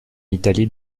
italie